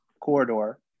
corridor